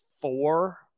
four